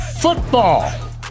Football